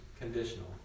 conditional